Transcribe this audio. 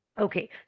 Okay